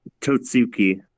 Totsuki